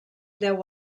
deu